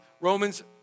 Romans